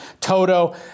Toto